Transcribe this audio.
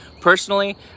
Personally